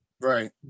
Right